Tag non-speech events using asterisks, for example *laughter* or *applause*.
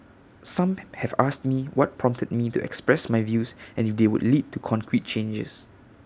some *noise* have asked me what prompted me to express my views and if they would lead to concrete changes